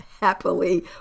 Happily